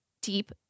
deep